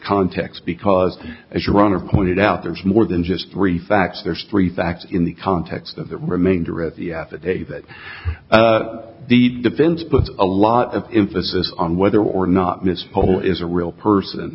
context because as your honor pointed out there's more than just three facts there's three thanks in the context of the remainder of the affidavit but the defense puts a lot of emphasis on whether or not mr cole is a real person